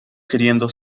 queriendo